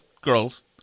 girls